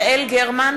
יעל גרמן,